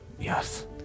Yes